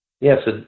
Yes